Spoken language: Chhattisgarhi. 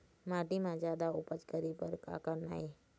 माटी म जादा उपज करे बर का करना ये?